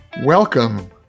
Welcome